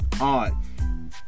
on